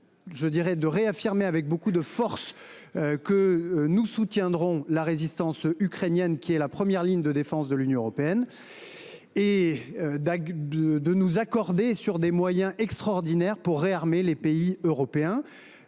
l’occasion de réaffirmer avec beaucoup de force que nous soutiendrons la résistance ukrainienne, qui est la première ligne de défense de l’Union européenne, et de nous accorder sur des moyens extraordinaires pour réarmer les pays européens.